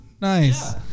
nice